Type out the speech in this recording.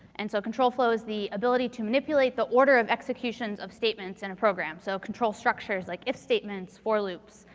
and so, control flow is the ability to manipulate the order of executions of statements in a program. so, control structures like if statements, for loops,